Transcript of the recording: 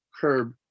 curb